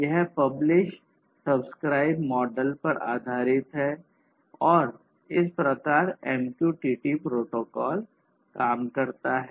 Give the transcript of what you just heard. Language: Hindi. यह पब्लिश सब्सक्राइब मॉडल पर आधारित है और इस प्रकार MQTT प्रोटोकॉल काम करता है